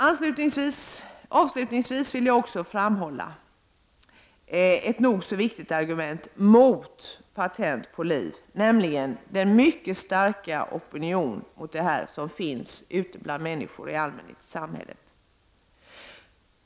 Avslutningsvis vill jag också framhålla ett nog så viktigt argument mot patent på liv, nämligen den mycket starka opinion mot detta som finns bland människor i allmänhet i samhället.